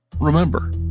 Remember